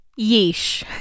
Yeesh